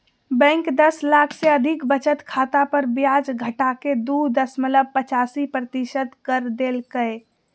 bank दस लाख से अधिक बचत खाता पर ब्याज घटाके दू दशमलब पचासी प्रतिशत कर देल कय